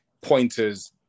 pointers